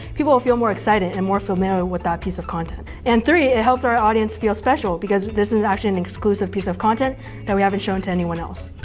people will feel more excited and more familiar with that piece of content, and three, it helps our audience feel special because this is actually an exclusive piece of content that we haven't shown to anyone else.